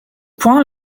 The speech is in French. point